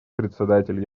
председатель